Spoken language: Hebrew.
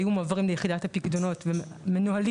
היו מועברים ליחידת הפיקדונות ומנוהלים